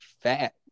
fat